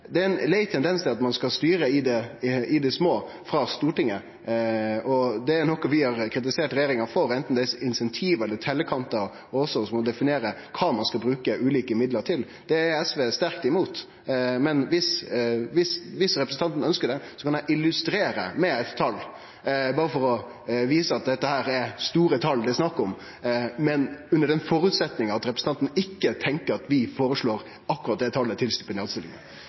Det er ein lei tendens at ein skal styre i det små frå Stortinget. Det er noko vi har kritisert regjeringa for, anten det gjeld incentiv eller tellekantar eller om ein skal definere kva ein skal bruke ulike midlar til. Det er SV sterkt imot. Men viss representanten ønskjer det, kan eg illustrere dette med eit tal, berre for å vise at det er store tal dette er snakk om – under den føresetnaden at representanten ikkje tenkjer at vi føreslår akkurat det talet